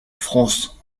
france